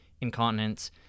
incontinence